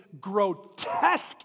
grotesque